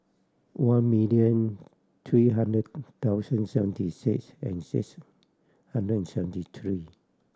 one million three hundred thousand seventy six and six hundred and seventy three